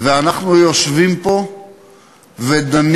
ואנחנו יושבים פה ודנים,